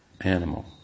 animal